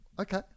Okay